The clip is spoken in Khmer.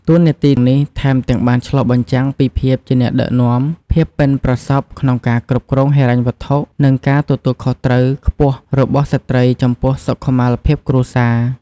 តួនាទីនេះថែមទាំងបានឆ្លុះបញ្ចាំងពីភាពជាអ្នកដឹកនាំ ភាពប៉ិនប្រសប់ក្នុងការគ្រប់គ្រងហិរញ្ញវត្ថុ និងការទទួលខុសត្រូវខ្ពស់របស់ស្ត្រីចំពោះសុខុមាលភាពគ្រួសារ។